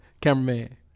Cameraman